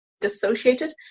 dissociated